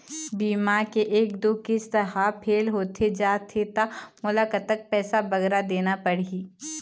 बीमा के एक दो किस्त हा फेल होथे जा थे ता मोला कतक पैसा बगरा देना पड़ही ही?